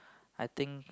I think